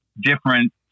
different